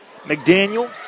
McDaniel